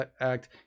Act